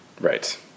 Right